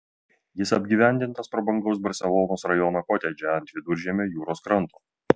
jis apgyvendintas prabangaus barselonos rajono kotedže ant viduržiemio jūros kranto